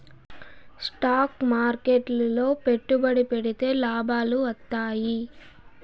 stock మార్కెట్లు లో పెట్టుబడి పెడితే లాభాలు వత్తాయి